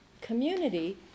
community